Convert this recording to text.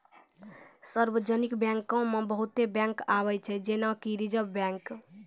सार्वजानिक बैंको मे बहुते बैंक आबै छै जेना कि रिजर्व बैंक